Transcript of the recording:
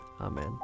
Amen